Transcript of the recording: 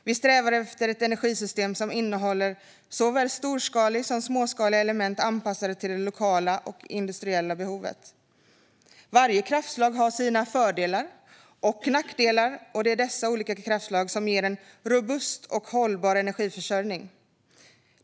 Vi strävar efter ett energisystem som innehåller såväl storskaliga som småskaliga element anpassade till det lokala och industriella behovet. Varje kraftslag har sina fördelar och nackdelar, och det är dessa olika kraftslag som ger en robust och hållbar energiförsörjning.